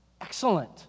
Excellent